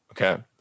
Okay